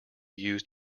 used